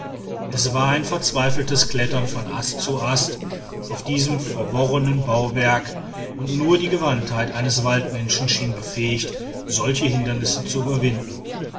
es war ein verzweifeltes klettern von ast zu ast auf diesem verworrenen bauwerk und nur die gewandtheit eines waldmenschen schien befähigt solche hindernisse zu überwinden